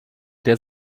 der